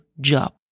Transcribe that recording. job